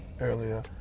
earlier